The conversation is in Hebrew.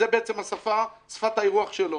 זה בעצם שפת האירוח שלו.